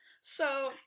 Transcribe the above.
So-